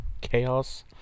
chaos